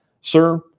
Sir